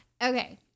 Okay